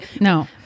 no